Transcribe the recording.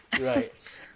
Right